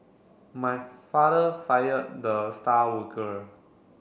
my father fired the star worker